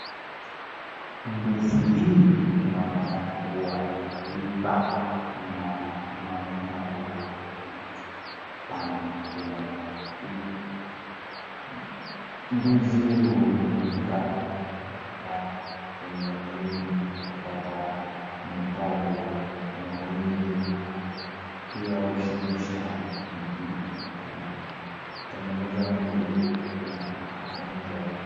Ndizi hii inaonekan kuwa imeiva na inaonekana kuwa ni ndizi tamu tena zaidi, ndizi hutumika kwenye mwili kupata mahitaji ya mwili na pia hushibisha na pia hutengeneza mwili ikuwe na afya njema.